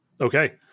Okay